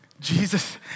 Jesus